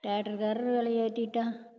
ட்ரேக்ட்டர்காரு விலை ஏற்றிட்டான்